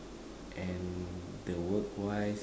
and the work wise